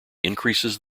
increases